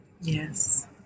Yes